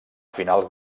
finals